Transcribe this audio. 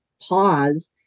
pause